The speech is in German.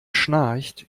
schnarcht